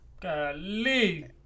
Golly